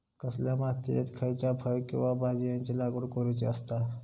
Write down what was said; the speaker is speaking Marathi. कसल्या मातीयेत खयच्या फळ किंवा भाजीयेंची लागवड करुची असता?